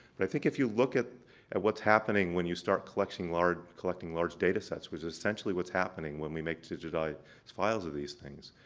but i think if you look at at what's happening when you start collecting large collecting large data sets, which essentially what's happening when we make digitized files of these things.